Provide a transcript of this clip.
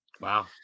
Wow